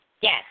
Yes